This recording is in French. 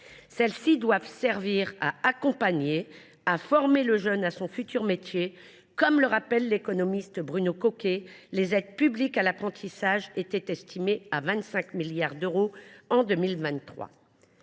Celles ci doivent servir à accompagner, à former le jeune à son futur métier. Selon l’économiste Bruno Coquet, les aides publiques à l’apprentissage étaient estimées à 25 milliards d’euros en 2023.